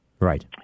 Right